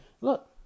look